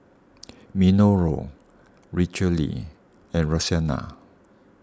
Minoru Richelle and Roxana